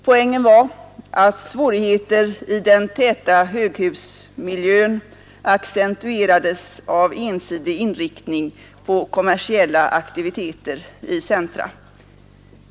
Poängen var att svårigheter i den täta höghusmiljön accentuerades av ensidig inriktning på kommersiella aktiviteter i centra.